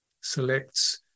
Selects